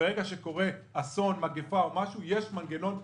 שברגע שיש אסון או מגפה יש מנגנון פיצוי.